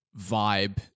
vibe